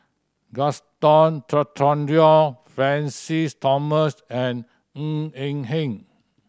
Gaston Dutronquoy Francis Thomas and Ng Eng Hen